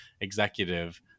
executive